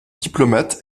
diplomate